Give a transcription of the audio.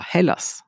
Hellas